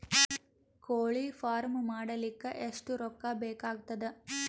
ಕೋಳಿ ಫಾರ್ಮ್ ಮಾಡಲಿಕ್ಕ ಎಷ್ಟು ರೊಕ್ಕಾ ಬೇಕಾಗತದ?